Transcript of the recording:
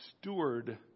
steward